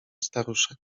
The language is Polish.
staruszek